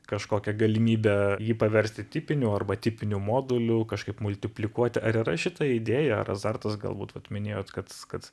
kažkokią galimybę jį paversti tipiniu arba tipiniu moduliu kažkaip multiplikuot ar yra šita idėja ar azartas galbūt vat minėjot kad kad